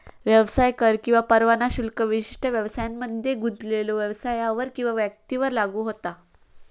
व्यवसाय कर किंवा परवाना शुल्क विशिष्ट व्यवसायांमध्ये गुंतलेल्यो व्यवसायांवर किंवा व्यक्तींवर लागू होता